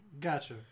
Gotcha